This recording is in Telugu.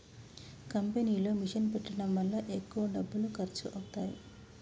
కంపెనీలో మిషన్ పెట్టడం వల్ల ఎక్కువ డబ్బులు ఖర్చు అవుతాయి